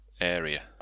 area